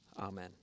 Amen